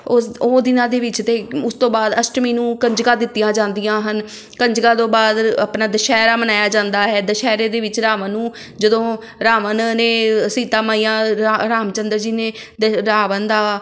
ਓਸ ਉਹ ਦਿਨਾਂ ਦੇ ਵਿੱਚ ਅਤੇ ਉਸ ਤੋਂ ਬਾਅਦ ਅਸ਼ਟਮੀ ਨੂੰ ਕੰਜਕਾਂ ਦਿੱਤੀਆਂ ਜਾਂਦੀਆਂ ਹਨ ਕੰਜਕਾਂ ਤੋਂ ਬਾਅਦ ਆਪਣਾ ਦੁਸਹਿਰਾ ਮਨਾਇਆ ਜਾਂਦਾ ਹੈ ਦੁਸਹਿਰੇ ਦੇ ਵਿੱਚ ਰਾਵਣ ਨੂੰ ਜਦੋਂ ਰਾਵਣ ਨੇ ਸੀਤਾ ਮਈਆ ਰਾ ਰਾਮ ਚੰਦਰ ਜੀ ਨੇ ਰਾਵਣ ਦਾ